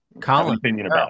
Colin